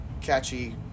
catchy